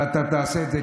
ואתה תעשה את זה,